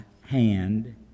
hand